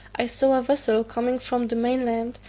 i saw a vessel coming from the main land,